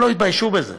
הם לא התביישו בזה.